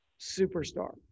superstar